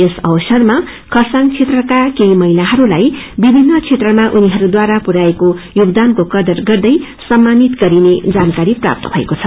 यस अवसरमा खरसाङ क्षेत्रमा केही महिलाहरूलाई विभिन्न क्षेत्रमा पुर्याएको योगदानको कदर गर्दै उनीहरूलाई सम्मानित गरिने जानकारी प्राप्त भएको छ